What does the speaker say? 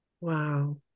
Wow